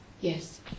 Yes